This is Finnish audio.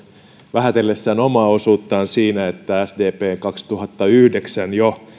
vähätellessään omaa osuuttaan siinä että sdp jo kaksituhattayhdeksän